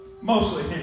mostly